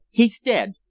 he's dead!